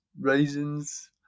raisins